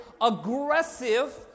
aggressive